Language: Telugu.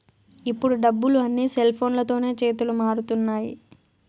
ఇప్పుడు డబ్బులు అన్నీ సెల్ఫోన్లతోనే చేతులు మారుతున్నాయి